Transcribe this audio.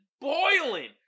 boiling